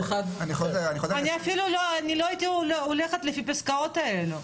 6 ועוד אחד --- אני חוזר --- לא הייתי הולכת לפי הפסקאות האלה.